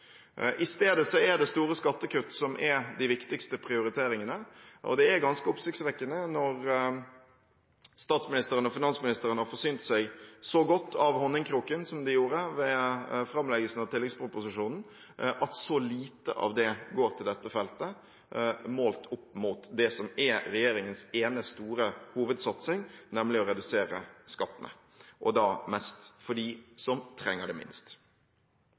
I stedet er det store skattekutt som er de viktigste prioriteringene. Det er ganske oppsiktsvekkende når statsministeren og finansministeren har forsynt seg så godt av honningkrukken som de gjorde ved framleggelsen av tilleggsproposisjonen, at så lite av det går til dette feltet, målt opp mot det som er regjeringens ene store hovedsatsing, nemlig å redusere skattene, og da mest for dem som trenger det minst.